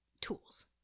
tools